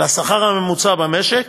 לשכר הממוצע במשק,